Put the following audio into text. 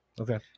Okay